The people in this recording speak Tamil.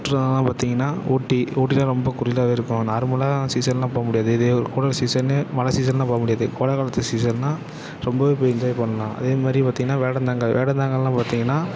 சுற்றுலானா பார்த்தீங்ன்னா ஊட்டி ஊட்டியெலாம் ரொம்ப குளிராகவே இருக்கும் நார்மலாக சீசன்னால் போக முடியாது இதே ஒரு கோடை சீசன்னு மழை சீசன்னு போக முடியாது கோடை காலத்து சீசன்னால் ரொம்பவே போய் என்ஜாய் பண்ணலாம் அதேமாதிரி பார்த்தீங்கன்னா வேடந்தாங்கல் வேடந்தாங்கல்னால் பார்த்தீங்ன்னா